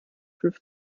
fünf